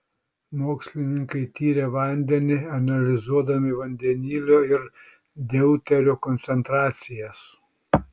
mokslininkai tyrė vandenį analizuodami vandenilio ir deuterio koncentracijas